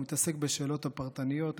הוא מתעסק בשאלות הפרטניות,